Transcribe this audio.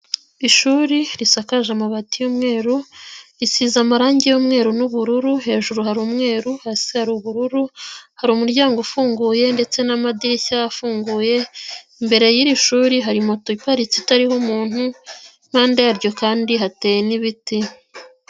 Ishuri risakaje amabati y'umweru, risize amarangi y'umweru n'ubururu, hejuru hari umweru, hasi hari ubururu, hari umuryango ufunguye ndetse n'madirishya afunguye imbere y'iri shuri hari moto iparitse itariho umuntu, impande yaryo kandi hateye nibiti.